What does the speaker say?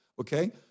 Okay